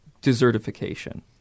desertification